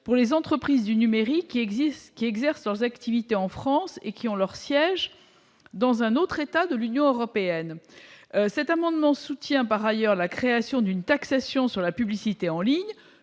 pour les entreprises du numérique qui existe, qui exercent leurs activités en France et qui ont leur siège dans un autre État de l'Union européenne, cet amendement soutient par ailleurs la création d'une taxation sur la publicité en ligne,